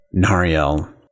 Nariel